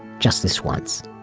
just this once,